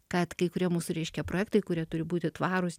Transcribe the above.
kad kai kurie mūsų reiškia projektai kurie turi būti tvarūs